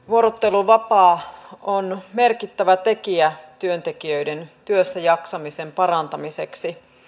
vuorotteluvapaa on merkittävä tekijä työntekijöiden työssäjaksamisen parantamiseksi